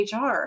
HR